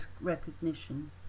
recognition